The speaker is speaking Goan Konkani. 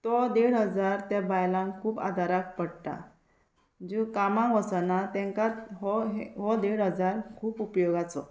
तो देड हजार त्या बायलांक खूब आदाराक पडटा ज्यो कामाक वसना तांकां हो हे हो देड हजार खूब उपयोगाचो